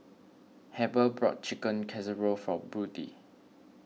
Heber brought Chicken Casserole from Brody